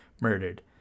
murdered